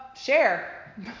share